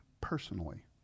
personally